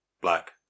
black